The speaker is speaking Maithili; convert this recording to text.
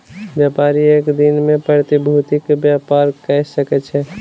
व्यापारी एक दिन में प्रतिभूति के व्यापार कय सकै छै